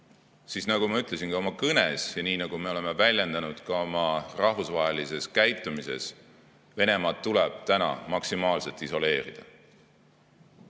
siis nagu ma ütlesin ka oma kõnes ja nii nagu me oleme väljendanud ka oma rahvusvahelises käitumises, Venemaad tuleb täna maksimaalselt isoleerida.